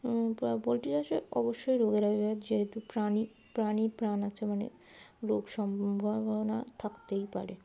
poultry চাষে অবশ্যই রোগের আভাব যেহেতু প্রাণী প্রাণী প্রাণ আছে মানে রোগ সম্ভাবনা থাকতেই পারে